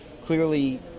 clearly